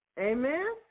Amen